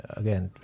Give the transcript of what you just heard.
again